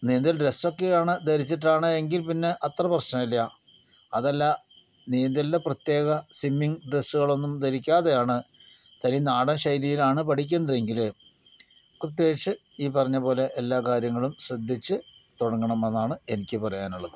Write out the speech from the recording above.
നീന്തൽ ഡ്രസ്സൊക്കെയാണ് ധരിച്ചിട്ടാണ് എങ്കിൽ പിന്നെ അത്ര പ്രശ്നമില്ല അതല്ല നീന്തലിൻ്റെ പ്രത്യേക സ്വിമ്മിംഗ് ഡ്രസ്സുകളൊന്നും ധരിക്കാതെയാണ് തനി നാടൻ ശൈലിയിലാണ് പഠിക്കുന്നതെങ്കില് പ്രത്യേകിച്ച് ഈ പറഞ്ഞ പോലെ എല്ലാ കാര്യങ്ങളും ശ്രദ്ധിച്ച് തുടങ്ങണം എന്നാണ് എനിക്ക് പറയാനുള്ളത്